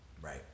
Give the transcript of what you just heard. Right